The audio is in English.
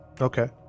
Okay